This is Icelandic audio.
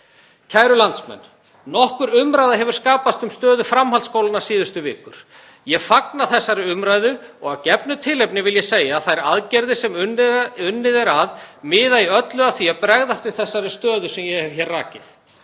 Kæru landsmenn. Nokkur umræða hefur skapast um stöðu framhaldsskólanna síðustu vikur. Ég fagna þessari umræðu og að gefnu tilefni vil ég segja að þær aðgerðir sem unnið er að miða í öllu að því að bregðast við þessari stöðu sem ég hef hér rakið;